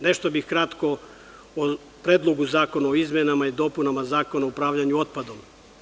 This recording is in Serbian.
Nešto bih kratko o Predlogu zakona o izmenama i dopunama Zakona o upravljanju otpadom.